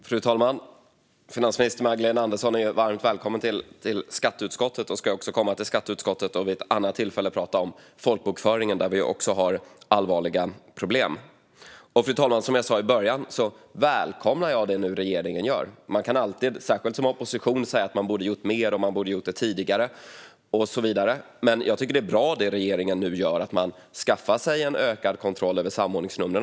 Fru talman! Finansminister Magdalena Andersson är varmt välkommen till skatteutskottet och ska också komma dit vid ett annat tillfälle för att prata om folkbokföringen, där vi också har allvarliga problem. Fru talman! Som jag sa i början välkomnar jag det regeringen nu gör. Man kan alltid, särskilt i opposition, säga att den borde gjort mer och gjort det tidigare och så vidare. Men jag tycker att det är bra, det regeringen nu gör - att den skaffar sig ökad kontroll över samordningsnumren.